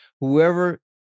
Whoever